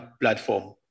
platform